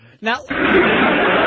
Now